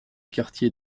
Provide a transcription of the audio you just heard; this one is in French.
quartiers